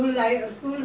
talk in english